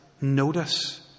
notice